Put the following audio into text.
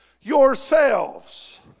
yourselves